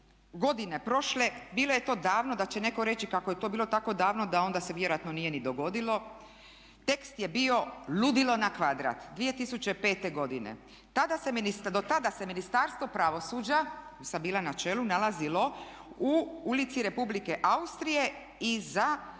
godine prošle, bilo je to davno, da će netko reći kako je to bilo tako davno da onda se vjerojatno nije ni dogodilo, tekst je bio: "Ludilo na kvadrat!", 2005. godine. Do tada se Ministarstvo pravosuđa, kojem sam bila na čelu, nalazilo u ulici Republike Austrije i za